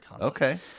okay